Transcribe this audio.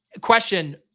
Question